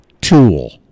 tool